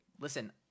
listen